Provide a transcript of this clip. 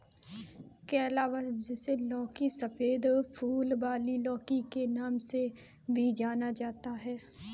calabash, जिसे लौकी, सफेद फूल वाली लौकी के नाम से भी जाना जाता है